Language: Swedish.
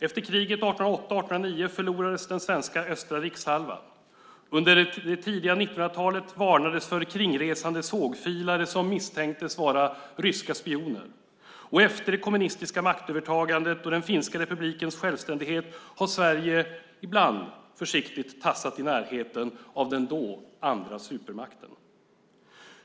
Efter kriget 1808 och 1809 förlorades den svenska östra rikshalvan. Under det tidiga 1900-talet varnades det för kringresande sågfilare som misstänktes vara ryska spioner. Och efter det kommunistiska maktövertagandet och den finska republikens självständighet har Sverige ibland försiktigt tassat i närheten av den då andra supermakten.